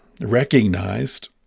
recognized